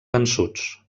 vençuts